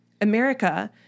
America